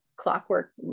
clockwork